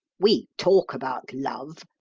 we talk about love,